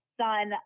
son